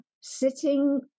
sitting